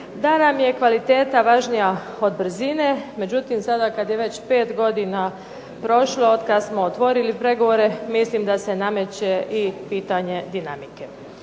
da nam je kvaliteta važnija od brzine, međutim sada kad je već 5 godina prošlo od kad smo otvorili pregovore, mislim da se nameće i pitanje dinamike.